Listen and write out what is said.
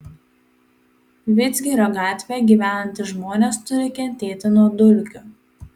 vidzgirio gatvėje gyvenantys žmonės turi kentėti nuo dulkių